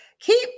keep